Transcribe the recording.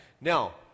Now